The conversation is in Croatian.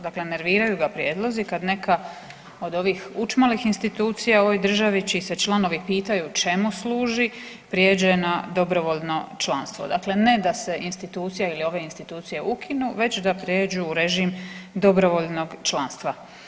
Dakle nerviraju ga prijedlozi kad neka od ovih učmalih institucija u ovoj državi, čiji se članovi pitaju čemu služi, prijeđe na dobrovoljno prijeđe na dobrovoljno članstvo, dakle ne da se institucija ili ove institucije ukinu već da prijeđu u režim dobrovoljnog članstva.